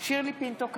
שירלי פינטו קדוש,